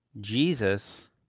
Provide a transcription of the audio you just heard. Jesus